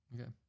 Okay